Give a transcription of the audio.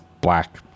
black